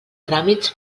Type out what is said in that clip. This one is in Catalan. tràmits